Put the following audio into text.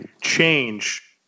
change